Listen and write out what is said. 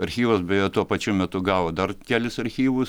archyvas beje tuo pačiu metu gavo dar kelis archyvus